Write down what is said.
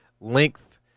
length